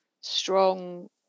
strong